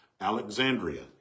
Alexandria